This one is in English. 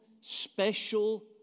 special